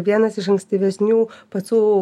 vienas iš ankstyvesnių pačių